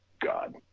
God